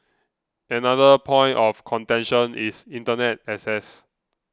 another point of contention is Internet access